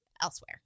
elsewhere